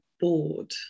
bored